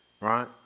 right